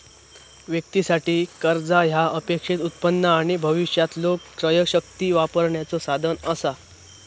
व्यक्तीं साठी, कर्जा ह्या अपेक्षित उत्पन्न आणि भविष्यातलो क्रयशक्ती वापरण्याचो साधन असा